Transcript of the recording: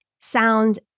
sound